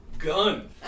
Gun